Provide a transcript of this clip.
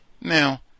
now